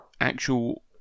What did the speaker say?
actual